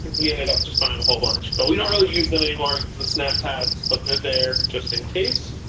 we ended up just buying a whole bunch. but we don't really use them anymore, because the snap pads but they're there just in case,